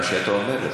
מה שאתה אומר,